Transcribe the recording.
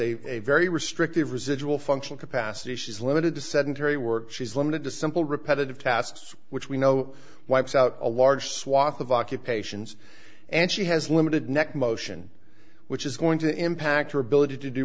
a very restrictive residual functional capacity she's limited to sedentary work she's limited to simple repetitive tasks which we know wipes out a large swath of occupations and she has limited neck motion which is going to impact her ability to do